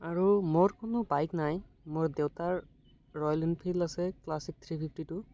আৰু মোৰ কোনো বাইক নাই মোৰ দেউতাৰ ৰেয়ল এনফিল্ড আছে ক্লাছিক থ্ৰী ফিফটি টু